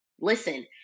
listen